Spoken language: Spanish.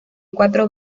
cuatro